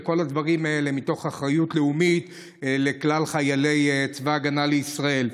וכל הדברים האלה מתוך אחריות לאומית לכלל חיילי צבא ההגנה לישראל.